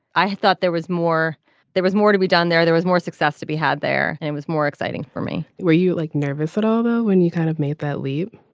i thought there was more there was more to be done there. there was more success to be had there and it was more exciting for me were you like nervous at all when you kind of made that leap